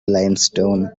limestone